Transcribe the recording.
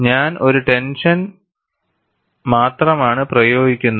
ഞാൻ ഒരു ടെൻഷൻ മാത്രമാണ് പ്രയോഗിക്കുന്നത്